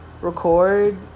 record